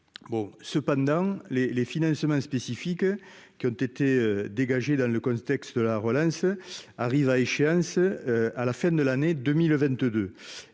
bon cependant les les financements spécifiques qui ont été dégagées dans le contexte de la relance, arrive à échéance à la fin de l'année 2022,